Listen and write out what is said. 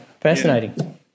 Fascinating